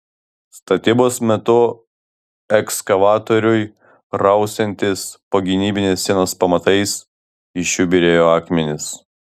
statybos metu ekskavatoriui rausiantis po gynybinės sienos pamatais iš jų byrėjo akmenys